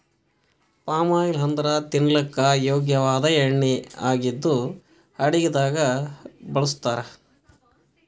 palm oil ಅಂದ್ರ ತಿನಲಕ್ಕ್ ಯೋಗ್ಯ ವಾದ್ ಎಣ್ಣಿ ಆಗಿದ್ದ್ ಅಡಗಿದಾಗ್ ಬಳಸ್ತಾರ್